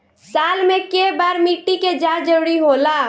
साल में केय बार मिट्टी के जाँच जरूरी होला?